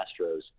Astros